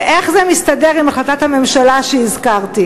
ואיך זה מסתדר עם החלטת הממשלה שהזכרתי?